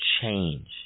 change